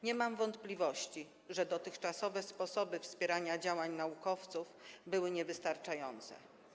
Nie mam wątpliwości, że dotychczasowe sposoby wspierania działań naukowców były niewystarczające.